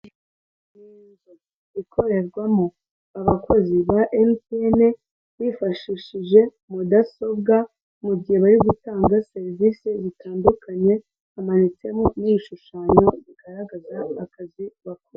Iyi nzu ikorerwamo abakozi ba Emutiyeni bifashishije mudasobwa mu gihe bari gutanga serivisi zitandukanye, hamanitsemo n'ibishushanyo bigaragaza akazi bakora.